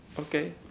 Okay